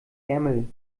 ärmel